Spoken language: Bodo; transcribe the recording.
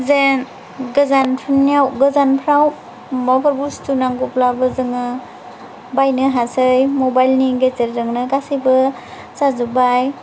जेन गोजानफोरनियाव गोजानफ्राव माबाफोर बुस्तु नांगौब्लाबो जों बायनो हासै मबाइलनि गेजेरजोंनो गासिबो जाजोबबाय